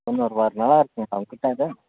தொண்ணூறுபா அது நல்லாயிருக்குமா சார் இருக்கா அது